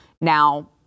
Now